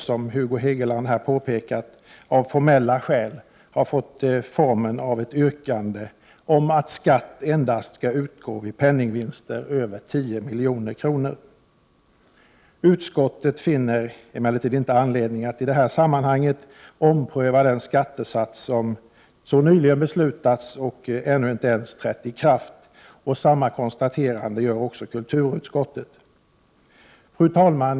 Som Hugo Hegeland här påpekade har det dock av formella skäl fått formen av ett yrkande om att skatt endast skall utgå vid penningvinster på över 10 milj.kr. Skatteutskottet finner emellertid i detta sammanhang inte anledning att ompröva den skattesats som nyligen har beslutats och som ännu inte har trätt i kraft. Kulturutskottet gör samma konstaterande. Fru talman!